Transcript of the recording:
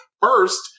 first